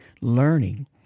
learning